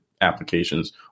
applications